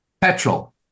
petrol